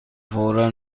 فورا